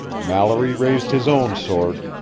mallory raised his own sword,